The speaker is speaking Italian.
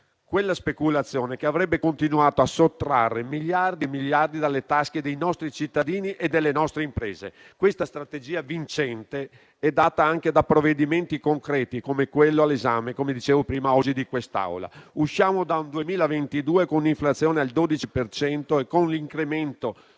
la speculazione che avrebbe continuato a sottrarre miliardi e miliardi dalle tasche dei nostri cittadini e delle nostre imprese. Questa strategia vincente è data anche da provvedimenti concreti, come quello oggi all'esame di quest'Assemblea. Usciamo dal 2022 con un'inflazione al 12 per cento e con l'incremento